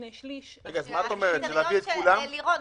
לירון,